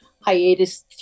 hiatus